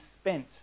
spent